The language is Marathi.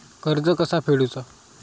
कर्ज कसा फेडुचा?